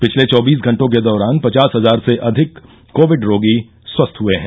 पिछले चौबीस घंटों के दौरान पचास हजार से अधिक कोविड रोगी स्वस्थ हुए हैं